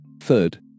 Third